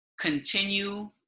continue